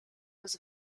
was